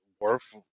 worth